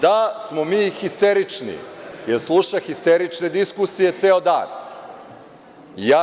Da smo mi histerični, jer sluša histerične diskusije ceo dan.